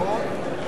נכון.